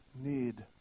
need